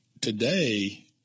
today